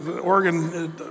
Oregon